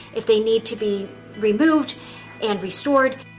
if they need to be removed and restored.